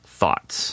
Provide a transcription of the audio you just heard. Thoughts